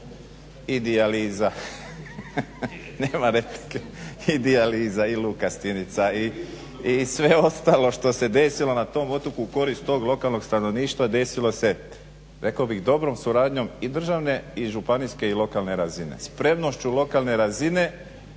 i dijaliza i Luka Stinica i sve ostalo što se desilo na tom otoku u korist tog lokalnog stanovništva desilo se rekao bih dobrom suradnjom i državne i županijska i lokalne razine. Spremnošću lokalne razine